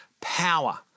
power